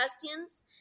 questions